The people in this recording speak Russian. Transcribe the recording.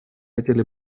хотели